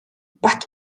бат